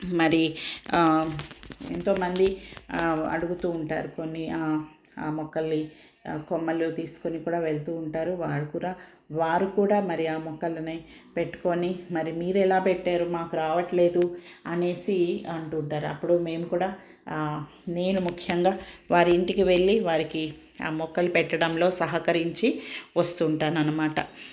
మరి ఎంతోమంది అడుగుతూ ఉంటారు కొన్ని ఆ మొక్కల్ని కొమ్మలు తీసుకుని కూడా వెళ్తూ ఉంటారు వారు కూడా వారు కూడా మరి ఆ మొక్కలని పెట్టుకుని మరి మీరెలా పెట్టారు మాకు రావట్లేదు అనేసి అంటూ ఉంటారు అప్పుడు మేము కూడా నేను ముఖ్యంగా వారి ఇంటికి వెళ్ళి వారికి ఆ మొక్కలు పెట్టడంలో సహకరించి వస్తుంటాను అనమాట